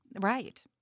Right